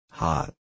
hot